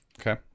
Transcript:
Okay